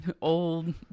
old